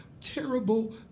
terrible